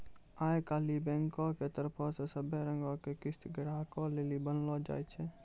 आई काल्हि बैंको के तरफो से सभै रंगो के किस्त ग्राहको लेली बनैलो जाय छै